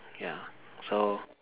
ya so